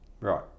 Right